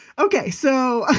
okay. so ah